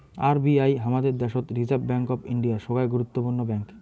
RBI হামাদের দ্যাশোত reserve bank of India, সোগায় গুরুত্বপূর্ণ ব্যাঙ্ক